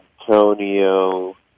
Antonio